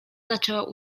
zaczęła